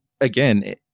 again